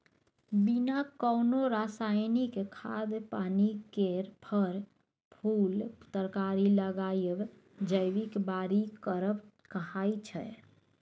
बिना कोनो रासायनिक खाद पानि केर फर, फुल तरकारी लगाएब जैबिक बारी करब कहाइ छै